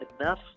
enough